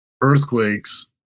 earthquakes